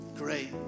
great